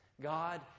God